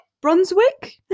brunswick